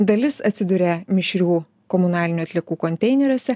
dalis atsiduria mišrių komunalinių atliekų konteineriuose